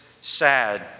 sad